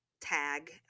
tag